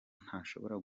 ntashobora